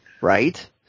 right